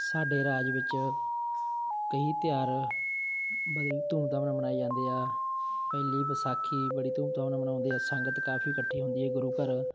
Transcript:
ਸਾਡੇ ਰਾਜ ਵਿੱਚ ਕਈ ਤਿਉਹਾਰ ਬੜੀ ਧੂਮਧਾਮ ਨਾਲ ਮਨਾਏ ਜਾਂਦੇ ਆ ਪਹਿਲੀ ਵਿਸਾਖੀ ਬੜੀ ਧੂਮਧਾਮ ਨਾਲ ਮਨਾਉਂਦੇ ਆ ਸੰਗਤ ਕਾਫੀ ਇਕੱਠੀ ਹੁੰਦੀ ਹੈ ਗੁਰੂ ਘਰ